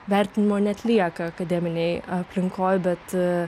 vertinimo neatlieka akademinėj aplinkoj bet